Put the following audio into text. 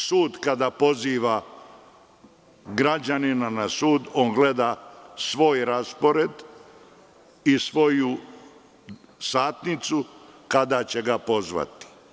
Sud kada poziva građanina na sud, on gleda svoj raspored i svoju satnicu kada će ga pozvati.